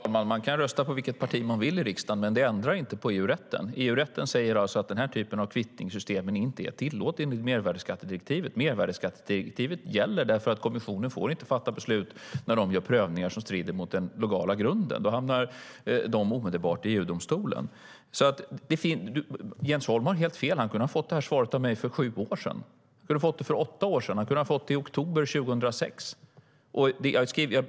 Fru talman! Man kan rösta på vilket parti man vill i riksdagen. Det ändrar inte på EU-rätten. EU-rätten säger att den här typen av kvittningssystem inte är tillåten enligt mervärdesskattedirektivet. Mervärdesskattedirektivet gäller. Kommissionen får inte fatta beslut när den gör prövningar som strider mot den legala grunden. Då hamnar den omedelbart i EU-domstolen. Jens Holm har helt fel. Han kunde ha fått det här svaret av mig för sju år sedan. Han kunde ha fått det för åtta år sedan. Han kunde ha fått det i oktober 2006.